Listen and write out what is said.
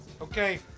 Okay